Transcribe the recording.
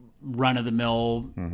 run-of-the-mill